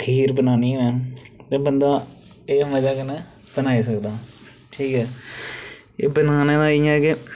खीर बनानी होऐ ते बंदा एह् मजे कन्नै बनाई सकदा ठीक ऐ एह् बनाने दा इ'यां केह्